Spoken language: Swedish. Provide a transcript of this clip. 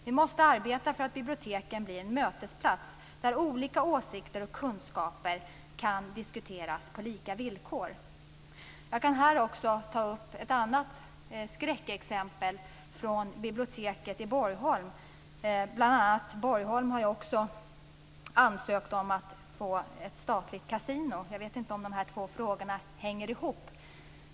Vi måste arbeta för att biblioteken blir en mötesplats där olika åsikter och kunskaper kan diskuteras på lika villkor. Jag kan här också ta upp ett annat skräckexempel. Det kommer från biblioteket i Borgholm. Borgholm har ju också ansökt om att få ett statligt kasino. Jag vet inte om de här två frågorna hänger ihop.